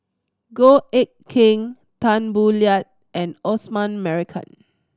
Goh Eck Kheng Tan Boo Liat and Osman Merican